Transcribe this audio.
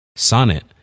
Sonnet